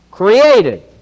created